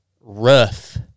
rough